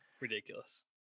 Ridiculous